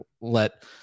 let